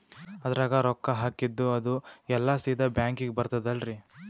ಅದ್ರಗ ರೊಕ್ಕ ಹಾಕಿದ್ದು ಅದು ಎಲ್ಲಾ ಸೀದಾ ಬ್ಯಾಂಕಿಗಿ ಬರ್ತದಲ್ರಿ?